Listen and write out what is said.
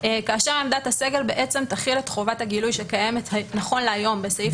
כאשר עמדת הסגל תחיל את חובת הגילוי שקיימת נכון להיום בסעיף